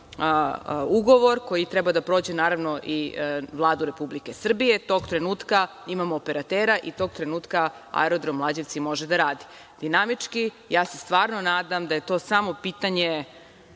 ugovor koji treba da prođe naravno i Vladu Republike Srbije tog trenutka imamo operatera i tog trenutka aerodrom „Lađevci“ može da radi. Dinamički, ja se stvarno nadam da je to samo pitanje